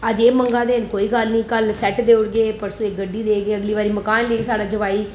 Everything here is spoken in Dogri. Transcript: अज्ज एह् मंगै दे कोई गल्ल नेईं कल सैट्ट देई ओड़गे परसों गड्डी देई ओड़गे अगली बारी मकान देई साढ़ा जोआई